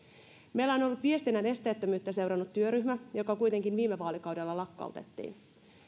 meillä on on ollut viestinnän esteettömyyttä seurannut työryhmä joka kuitenkin viime vaalikaudella lakkautettiin